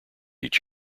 each